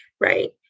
right